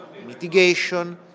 Mitigation